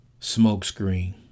smokescreen